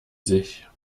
sich